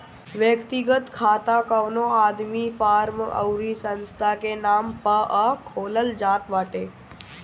व्यक्तिगत खाता कवनो आदमी, फर्म अउरी संस्था के नाम पअ खोलल जात बाटे